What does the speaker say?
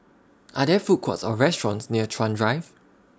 Are There Food Courts Or restaurants near Chuan Drive